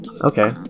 Okay